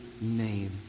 name